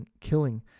killing